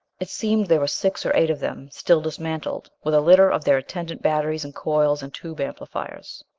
it seemed there were six or eight of them, still dismantled, with a litter of their attendant batteries and coils and tube amplifiers.